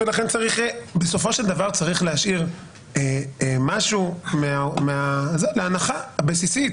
בסופו של דבר צריך להשאיר משהו מההנחה הבסיסית